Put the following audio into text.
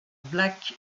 black